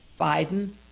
Biden